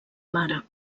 mare